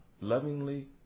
lovingly